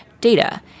data